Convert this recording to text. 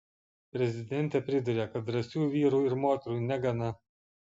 prezidentė priduria kad drąsių vyrų ir moterų negana